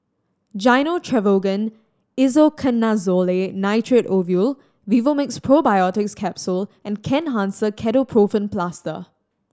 Gyno Travogen Isoconazole Nitrate Ovule Vivomixx Probiotics Capsule and Kenhancer Ketoprofen Plaster